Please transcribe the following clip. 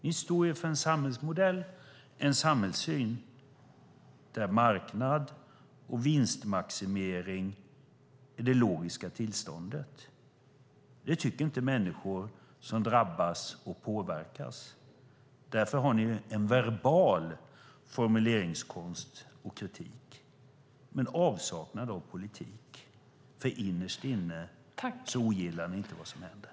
Ni står för en samhällsmodell och en samhällssyn där marknad och vinstmaximering är det logiska tillståndet. De människor som drabbas och påverkas tycker inte detsamma. Därför har ni en verbal formuleringskonst och kritik men en avsaknad av politik - för innerst inne ogillar ni inte vad som händer.